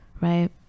right